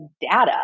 data